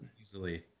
easily